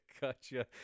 gotcha